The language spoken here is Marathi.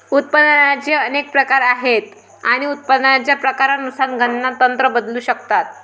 उत्पादनाचे अनेक प्रकार आहेत आणि उत्पादनाच्या प्रकारानुसार गणना तंत्र बदलू शकतात